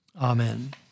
Amen